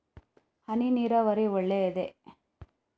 ಹನಿ ನೀರಾವರಿ ಒಳ್ಳೆಯದೇ?